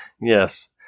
Yes